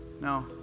No